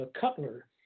Cutler